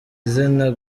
zina